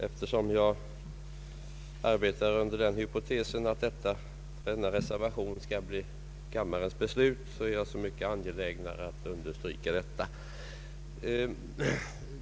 Eftersom jag arbetar under hypotesen att denna reservation skall bli kammarens beslut, är jag så mycket angelägnare att understryka detta.